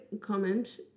comment